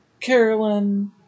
Carolyn